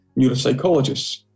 neuropsychologists